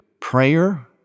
Prayer